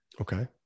Okay